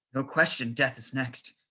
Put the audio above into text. no question death is next.